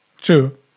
true